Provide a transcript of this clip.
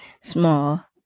small